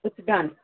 पुछाजाइं